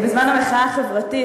ובזמן המחאה החברתית,